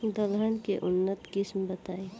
दलहन के उन्नत किस्म बताई?